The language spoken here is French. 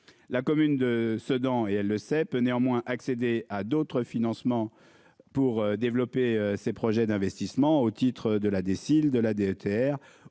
la commune de Sedan et elle le sait peut néanmoins accéder à d'autres financements pour développer ses projets d'investissement au titre de la décide de la DETR